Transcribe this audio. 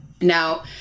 Now